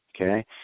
Okay